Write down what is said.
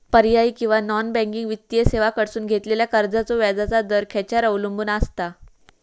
पर्यायी किंवा non banking वित्तीय सेवांकडसून घेतलेल्या कर्जाचो व्याजाचा दर खेच्यार अवलंबून आसता?